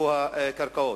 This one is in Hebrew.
והוא הקרקעות.